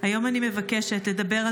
ראשונת הדוברות,